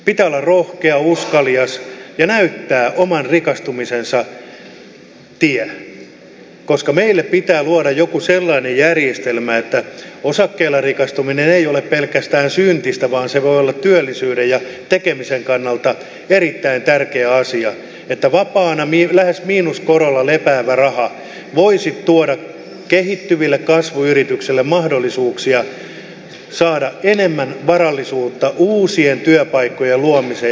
pitää olla rohkea uskalias ja näyttää oman rikastumisensa tie koska meille pitää luoda joku sellainen järjestelmä että osakkeilla rikastuminen ei ole pelkästään syntistä vaan se voi olla työllisyyden ja tekemisen kannalta erittäin tärkeä asia että vapaana lähes miinuskorolla lepäävä raha voisi tuoda kehittyville kasvuyrityksille mahdollisuuksia saada enemmän varallisuutta uusien työpaikkojen luomiseen